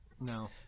No